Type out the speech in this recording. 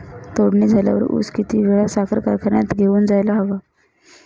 तोडणी झाल्यावर ऊस किती वेळात साखर कारखान्यात घेऊन जायला हवा?